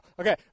Okay